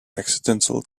accidental